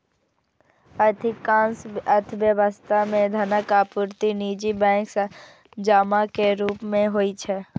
अधिकांश अर्थव्यवस्था मे धनक आपूर्ति निजी बैंक सं जमा के रूप मे होइ छै